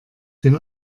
den